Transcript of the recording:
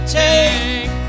take